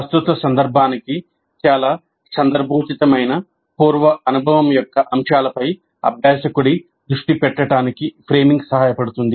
ప్రస్తుత సందర్భానికి చాలా సందర్భోచితమైన పూర్వ అనుభవం యొక్క అంశాలపై అభ్యాసకుడి దృష్టి పెట్టడానికి ఫ్రేమింగ్ సహాయపడుతుంది